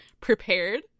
prepared